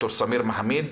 ד"ר סמיר מחאמיד.